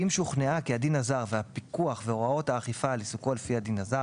אם שוכנעה כי הדין הזר והפיקוח והוראות האכיפה על עיסוקו לפי הדין הזר,